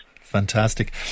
Fantastic